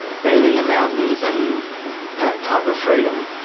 being in the mountains and that type of freedom,